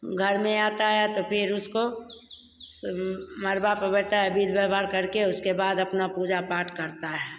घर में आता है तो फिर उसको मरबा पर बैठता है बीद बैवहार करके उसके बाद अपना पूजा पाठ करता है